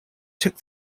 took